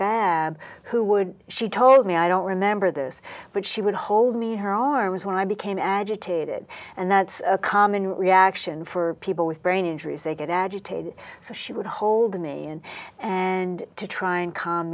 babb who would she told me i don't remember this but she would hold me her arms when i became agitated and that's a common reaction for people with brain injuries they get agitated so she would hold me in and to try and calm